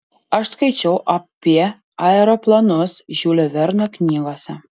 aš skaičiau apie aeroplanus žiulio verno knygose